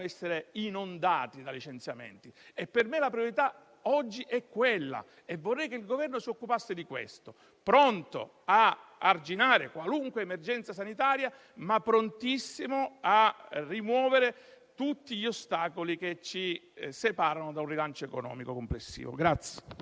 essere inondati da licenziamenti. Per me la proprietà oggi è quella e vorrei che il Governo se ne occupasse, pronto ad arginare qualunque emergenza sanitaria, ma prontissimo a rimuovere tutti gli ostacoli che ci separano da un rilancio economico complessivo.